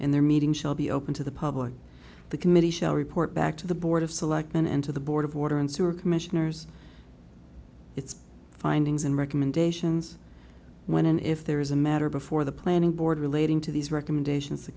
and their meeting shall be open to the public the committee shall report back to the board of selectmen and to the board of water and sewer commissioners its findings and recommendations when and if there is a matter before the planning board relating to these recommendations the